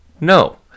No